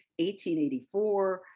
1884